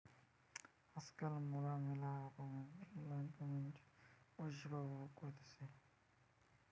আজকাল মোরা মেলা রকমের অনলাইন পেমেন্টের পরিষেবা উপভোগ করতেছি